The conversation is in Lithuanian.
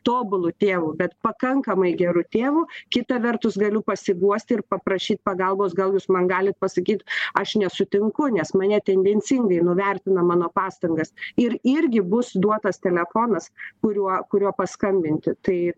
tobulu tėvu bet pakankamai geru tėvu kita vertus galiu pasiguosti ir paprašyt pagalbos gal jūs man galit pasakyt aš nesutinku nes mane tendencingai nuvertina mano pastangas ir irgi bus duotas telefonas kuriuo kuriuo paskambinti tai